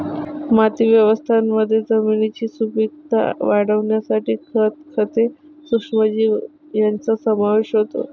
माती व्यवस्थापनामध्ये जमिनीची सुपीकता वाढवण्यासाठी खत, खते, सूक्ष्मजीव यांचा समावेश होतो